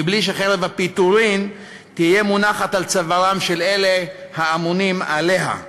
בלי שחרב הפיטורים תהיה מונחת על צווארם של אלה האמונים עליה.